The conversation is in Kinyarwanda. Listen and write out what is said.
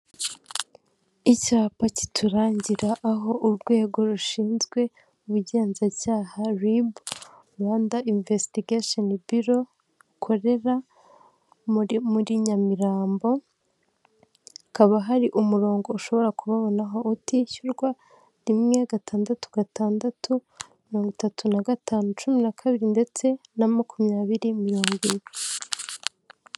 Icyapa kiturangira aho urwego rushinzwe ubugenzacyaha ribu rwanda invesitigesheni biro ukorera muri muri nyamirambo hakaba hari umurongo ushobora kubabonaho utishyurwa rimwe, gatandatu, gatandatu, mirongo itatu na gatanu, cumi na kabiri ndetse na makumyabiri mirongo irindwi.